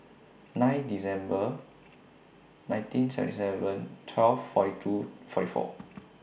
nine December nineteen seventy seven twelve forty two forty four